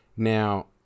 Now